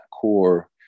core